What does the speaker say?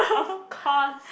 of course